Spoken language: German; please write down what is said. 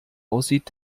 aussieht